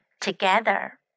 together